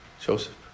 Joseph